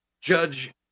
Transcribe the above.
judge